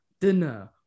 dinner